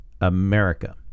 America